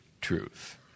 truth